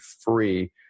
free